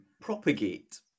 propagate